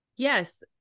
Yes